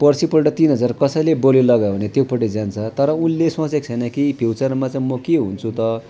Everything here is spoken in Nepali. पर्सिपल्ट तिन हजार कसैले बोली लगायो भने त्योपट्टि जान्छ तर उसले सोचेको छैन कि फ्युचरमा चाहिँ म के हुन्छु त